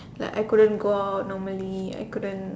like I couldn't go out normally I couldn't